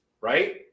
right